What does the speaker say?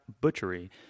Butchery